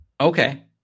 Okay